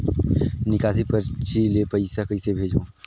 निकासी परची ले पईसा कइसे भेजों?